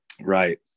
Right